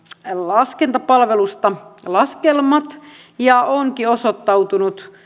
laskentapalvelusta laskelmat ja onkin osoittautunut